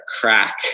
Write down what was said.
crack